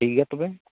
ᱴᱷᱤᱠ ᱜᱮᱭᱟ ᱛᱚᱵᱮ